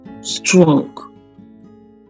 strong